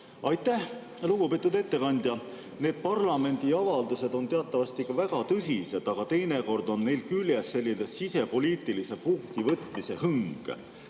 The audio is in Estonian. Aitäh! Lugupeetud ettekandja! Need parlamendi avaldused on teatavasti väga tõsised, aga teinekord on neil küljes selline sisepoliitilise punktivõtmise hõng.